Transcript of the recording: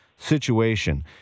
situation